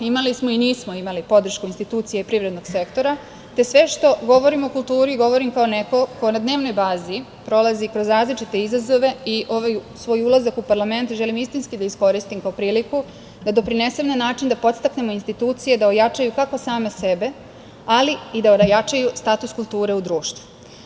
Imali smo i nismo imali podršku institucija i privrednog sektora, te sve što govorim o kulturi, govorim kao neko ko na dnevnoj bazi prolazi različite izazove i ovaj svoj ulazak u parlament želim istinski da iskoristim kao priliku da doprinesem na način da podstaknemo institucije da ojačaju kako same sebe, ali i da ojačaju status kulture u društvu.